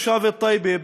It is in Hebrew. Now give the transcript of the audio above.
תושב א-טייבה,